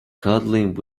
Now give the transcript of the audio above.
cuddling